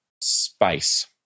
space